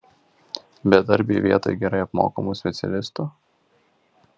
bedarbiai vietoj gerai apmokamų specialistų